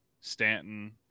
Stanton